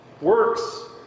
Works